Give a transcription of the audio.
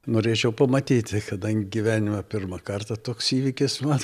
norėčiau pamatyti kadang gyvenime pirmą kartą toks įvykis man